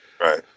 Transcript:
Right